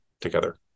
together